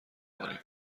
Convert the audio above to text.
کنیم